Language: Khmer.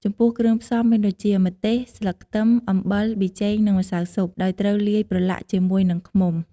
ចំពោះគ្រឿងផ្សំមានដូចជា ម្ទេស ស្លឹកខ្ទឹម អំបិល ប៊ីចេង និងម្សៅស៊ុប ដោយត្រូវលាយប្រឡាក់ជាមួយនឹងឃ្មុំ។